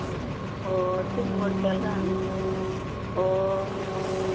ᱚ ᱛᱤᱱ ᱠᱩᱭᱱᱴᱮᱹᱞ ᱜᱟᱱ ᱚ